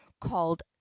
called